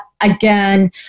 again